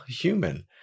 human